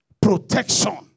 protection